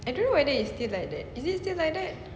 I don't know whether it is still like that is it still like that